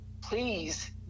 please